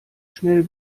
schnell